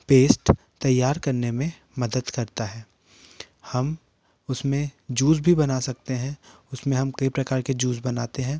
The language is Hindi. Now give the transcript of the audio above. पेस्ट तैयार करने में मदद करता है हम उसमे जूस भी बना सकते हैं उसमे हम कई प्रकार के जूस बनाते हैं